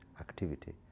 activity